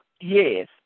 yes